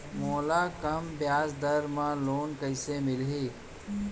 मोला कम ब्याजदर में लोन कइसे मिलही?